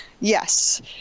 yes